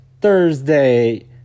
Thursday